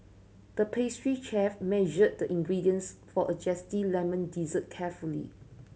the pastry chef measured the ingredients for a zesty lemon dessert carefully